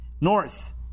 North